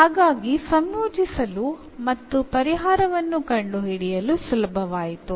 ಹಾಗಾಗಿ ಸಂಯೋಜಿಸಲು ಮತ್ತು ಪರಿಹಾರವನ್ನು ಕಂಡುಹಿಡಿಯಲು ಸುಲಭವಾಯಿತು